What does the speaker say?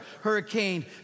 hurricane